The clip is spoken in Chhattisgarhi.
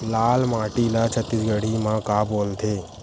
लाल माटी ला छत्तीसगढ़ी मा का बोलथे?